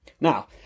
Now